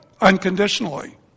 unconditionally